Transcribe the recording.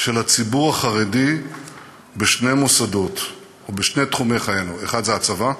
של הציבור החרדי בשני מוסדות או בשני תחומים בחיינו: אחד זה הצבא,